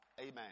amen